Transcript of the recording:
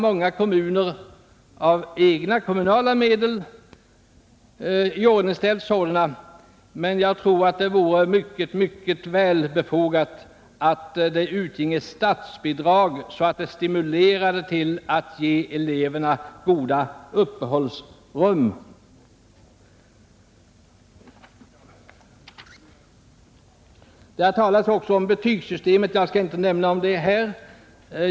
Många kommuner har av egna kommunala medel iordningställt sådana lokaler, men jag tror att det vore mycket välbefogat att låta statsbidrag utgå, så att det stimulerade till att ge eleverna goda uppehållsrum. Det har talats här om betygssystemet, och jag skall inte fördjupa mig i det.